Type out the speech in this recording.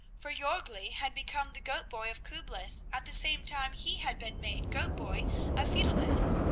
for jorgli had become the goat-boy of kublis at the same time he had been made goat-boy of fideris,